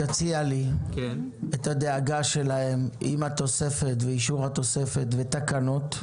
שתציע לי את הדאגה שלהן עם התוספת ואישור התוספת ותקנות,